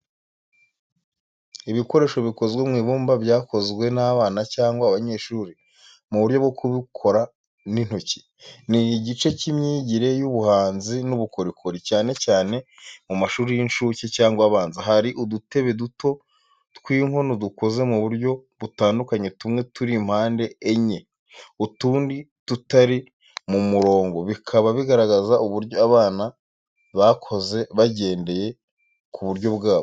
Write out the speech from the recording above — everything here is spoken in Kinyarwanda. Ibikoresho bikozwe mu ibumba byakozwe n'abana cyangwa abanyeshuri, mu buryo bwo kubikora n'intoki. Ni igice cy’imyigire y’ubuhanzi n’ubukorikori, cyane cyane mu mashuri y’incuke cyangwa abanza. Hari udutebe duto tw’inkono dukoze mu buryo butandukanye tumwe turi impande enye, utundi tutari mu murongo, bikaba bigaragaza uburyo abana bakoze bagendeye ku buryo bwabo.